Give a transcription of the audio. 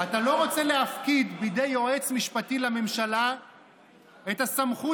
"אתה לא רוצה להפקיד בידי יועץ משפטי לממשלה את הסמכות